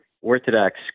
Orthodox